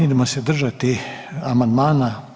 Idemo se držati amandmana.